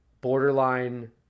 borderline